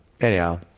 anyhow